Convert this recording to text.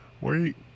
Wait